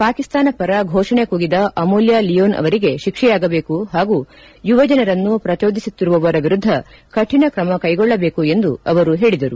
ಪಾಕಿಸ್ತಾನ ಪರ ಫೋಷಣೆ ಕೂಗಿದ ಅಮೂಲ್ತ ಲಿಯೋನ್ ಅವರಿಗೆ ಶಿಕ್ಷೆಯಾಗಬೇಕು ಹಾಗೂ ಯುವಜನರನ್ನು ಪ್ರಚೋದಿಸುತ್ತಿರುವವರ ವಿರುದ್ಧ ಕಠಣ ಕ್ರಮ ಕೈಗೊಳ್ಳಬೇಕು ಎಂದು ಅವರು ಹೇಳಿದರು